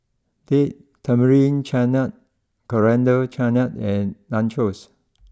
date Tamarind Chutney Coriander Chutney and Nachos